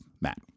Matt